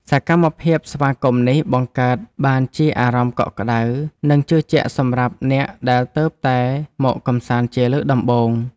សកម្មភាពស្វាគមន៍នេះបង្កើតបានជាអារម្មណ៍កក់ក្ដៅ និងជឿជាក់សម្រាប់អ្នកដែលទើបតែមកកម្សាន្តជាលើកដំបូង។